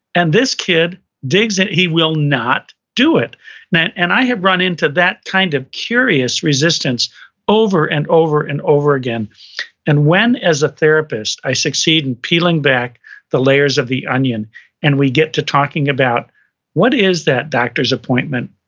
and this kid digs that he will not do it and i have run into that kind of curious resistance over and over and over again and when as a therapist, i succeed in peeling back the layers of the onion and we get to talking about what is that doctor's appointment,